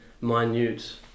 minute